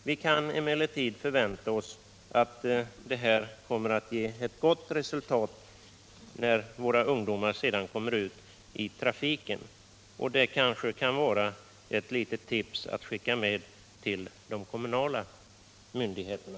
Vi kan förvänta oss att de övningarna kommer att ge ett mycket bra resultat, när ungdomarna kommer ut i trafiken. Detta kanske kan vara ett litet tips att skicka med till de kommunala myndigheterna.